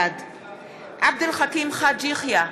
בעד עבד אל חכים חאג' יחיא,